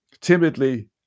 timidly